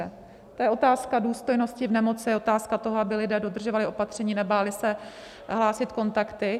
To je otázka důstojnosti v nemoci, otázka toho, aby lidé dodržovali opatření, nebáli se hlásit kontakty.